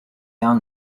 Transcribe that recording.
down